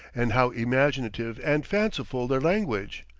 and how imaginative and fanciful their language!